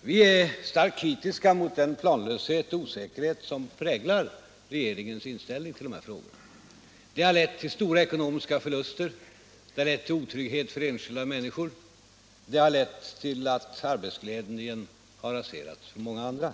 Vi är starkt kritiska mot den planlöshet och den osäkerhet som präglar regeringens inställning i denna fråga och som har medfört stora ekonomiska förluster. Detta har lett till otrygghet för enskilda människor och till att arbetsledningen har raserats för många företag.